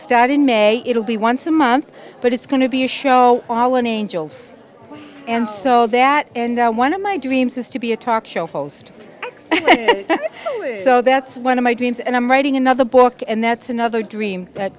start in may it'll be once a month but it's going to be a show all in angels and so that and one of my dreams is to be a talk show host so that's one of my dreams and i'm writing another book and that's another dream